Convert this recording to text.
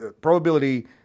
Probability